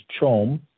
chom